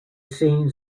seen